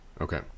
Okay